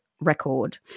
record